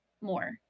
more